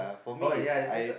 uh yeah that's